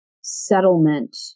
settlement